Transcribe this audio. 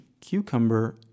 cucumber